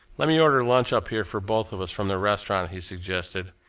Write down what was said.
let me order lunch up here for both of us, from the restaurant, he suggested.